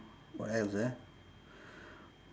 what else eh